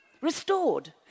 Restored